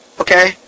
Okay